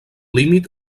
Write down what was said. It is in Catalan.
límit